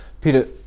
Peter